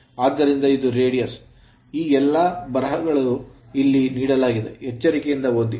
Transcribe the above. ಆದ್ದರಿಂದ ಇದು radius ತ್ರಿಜ್ಯವಾಗಿದೆ ಆದ್ದರಿಂದ ಈ ಎಲ್ಲಾ ಬರಹಗಳನ್ನು ಇಲ್ಲಿ ನೀಡಲಾಗಿದೆ ಎಚ್ಚರಿಕೆಯಿಂದ ಓದಿ